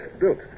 built